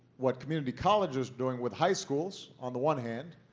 what community college is doing with high schools, on the one hand,